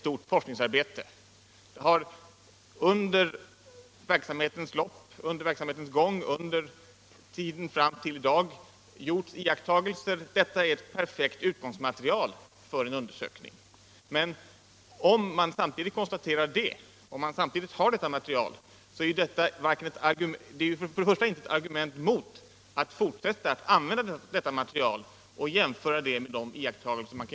Kommunaldemokratiska utredningen har också gjort iakttagelser. Det ger ett bra utgångsmaterial för en utvärdering. Men om man har detta material, så är det ju för det första ett argument mot att det inte skulle finnas underlag för en undersökning.